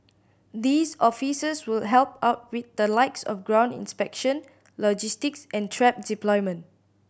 these officers will help out with the likes of ground inspection logistics and trap deployment